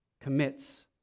commits